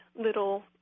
little